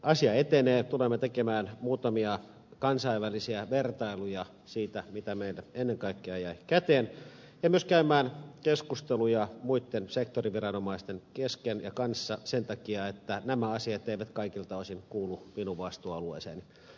asia etenee tulemme tekemään muutamia kansainvälisiä vertailuja siitä mitä meille ennen kaikkea jää käteen ja myös käymään keskusteluja muitten sektoriviranomaisten kesken ja kanssa sen takia että nämä asiat eivät kaikilta osin kuulu minun vastuualueeseeni